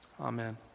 Amen